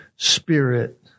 spirit